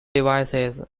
devices